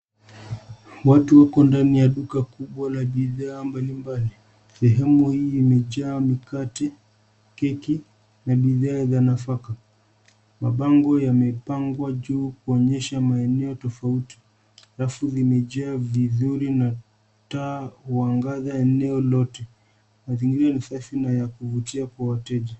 Watu wako ndani ya duka kubwa la bidhaa mbalimbali. Sehemu hii imejaa mikate, keki na bidhaa za nafaka. Mabango yamepangwa juu kuonyesha maeneo tofauti. Rafu zimejaa vizuri na taa huangaza eneo lote. Mazingira ni safi na ya kuvutia kwa wateja.